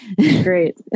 Great